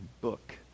book